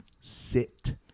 Sit